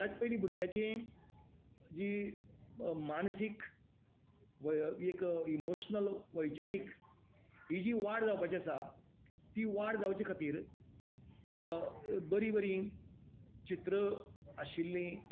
ताच्या पयली भुरग्याची जी मानसीक वय इमोशनल वैचारीक ही जी वाड जावपाची आसा ता वाड जावचे खातीर बरी बरी चित्रां आशिल्ली